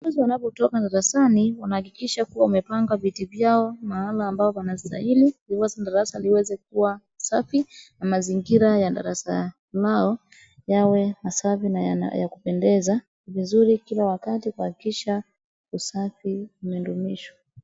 Wanafunzi wanapotoka darasani wanaakikisha kuwa wamepanga viti vyao mahala ambapo panastahili, ndiposa darasa liweze kuwa safi na mazingira ya darasa lao yawe masafi na ya kupendeza. vizuri kila wakati kuhakikisha usafi umedumishwa.